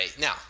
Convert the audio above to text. now